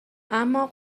اما